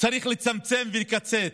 צריך לצמצם ולקצץ,